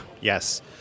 Yes